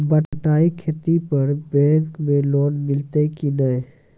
बटाई खेती पर बैंक मे लोन मिलतै कि नैय?